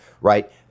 right –